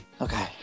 Okay